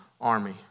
army